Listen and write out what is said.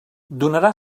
donarà